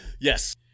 Yes